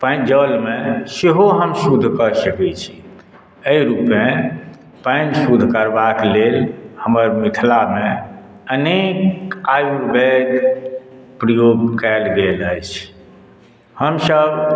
पानिमे जलमे सेहो हम शुद्ध कऽ सकै छी एहि रूपें पानि शुद्ध करबाक लेल हमर मिथिलामे अनेक आयुर्वेद प्रयोग कयल गेल अछि हमसभ